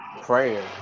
Prayer